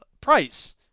price